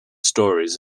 stories